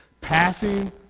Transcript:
Passing